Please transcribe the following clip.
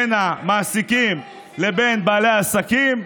בין המעסיקים לבין בעלי העסקים.